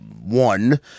One